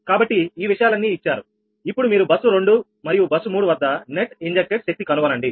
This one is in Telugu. కాబట్టి ఈ విషయాలన్నీ ఇచ్చారు ఇప్పుడు మీరు బస్సు 2 మరియు బస్సు 3 వద్ద నెట్ ఇంజెక్ట్ డ్ శక్తి కనుగొనండి